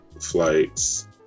flights